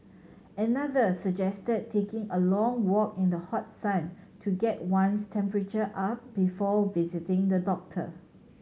another suggested taking a long walk in the hot sun to get one's temperature up before visiting the doctor